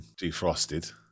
defrosted